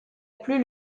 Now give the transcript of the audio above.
plus